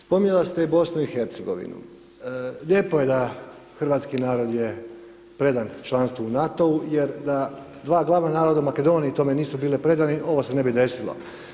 Spominjala ste i BiH, lijepo je da hrvatski narod je predan članstvu u NATO-u jer da dva glavna naroda tome nisu bili predani ovo se ne bi desilo.